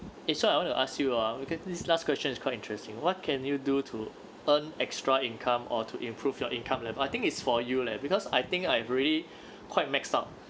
it's what I want to ask you ah look at this last question is quite interesting what can you do to earn extra income or to improve your income level I think it's for you leh because I think I really quite maxed up